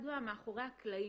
קצת מאחורי הקלעים.